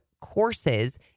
courses